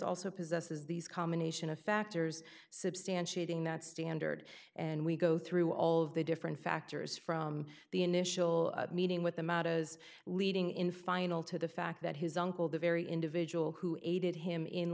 also possesses these combination of factors substantiating that standard and we go through all of the different factors from the initial meeting with the matches leading in final to the fact that his uncle the very individual who aided him in